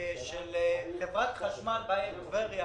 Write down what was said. של חברת החשמל בעיר טבריה,